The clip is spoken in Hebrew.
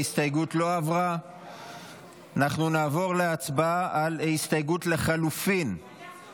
יוראי להב הרצנו, ולדימיר